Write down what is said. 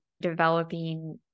developing